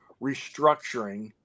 restructuring